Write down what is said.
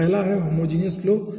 तो पहला है होमोजिनियस फ्लो